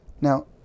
now